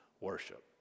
worship